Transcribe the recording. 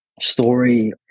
story